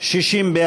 17,